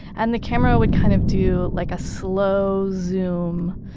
and the camera would kind of do, like, a slow zoom.